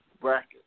bracket